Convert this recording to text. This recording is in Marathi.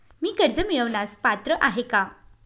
मी कर्ज मिळवण्यास पात्र आहे का?